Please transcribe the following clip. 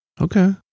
Okay